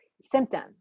symptoms